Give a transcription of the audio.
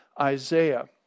Isaiah